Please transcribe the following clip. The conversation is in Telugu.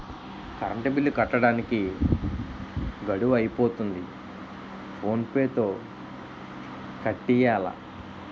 కరంటు బిల్లు కట్టడానికి గడువు అయిపోతంది ఫోన్ పే తో కట్టియ్యాల